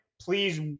Please